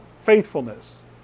faithfulness